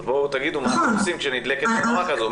תגידו מה אתם עושים כשנדלקת נורה כזאת.